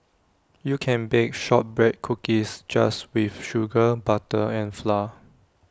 you can bake Shortbread Cookies just with sugar butter and flour